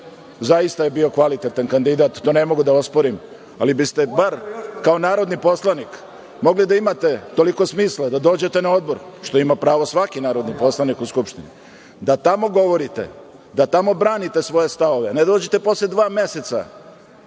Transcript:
Zaista je bio kvalitetan kandidat, to ne mogu da osporim, ali biste bar kao narodni poslanik mogli da imate toliko smisla da dođete na odbor, što ima pravo svaki narodni poslanik u Skupštini, da tamo govorite, da tamo branite svoje stavove, ne da dođete posle dva meseca